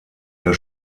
der